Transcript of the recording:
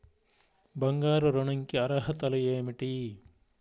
బంగారు ఋణం కి అర్హతలు ఏమిటీ?